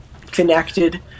connected